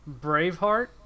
Braveheart